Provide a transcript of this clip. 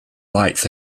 lights